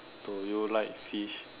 do you like fish